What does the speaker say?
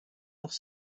noch